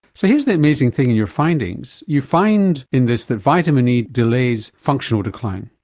so here's the amazing thing in your findings you find in this that vitamin e delays functional decline,